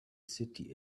city